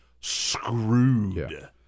screwed